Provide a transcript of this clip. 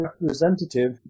representative